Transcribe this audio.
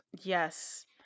Yes